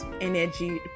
energy